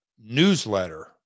newsletter